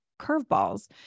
curveballs